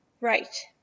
right